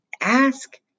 Ask